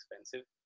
expensive